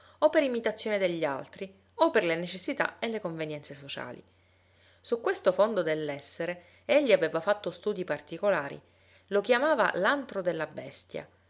o per imitazione degli altri o per le necessità e le convenienze sociali su questo fondo dell'essere egli aveva fatto studii particolari lo chiamava l antro della bestia